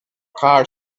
car